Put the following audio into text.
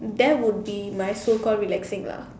that would be my so called relaxing lah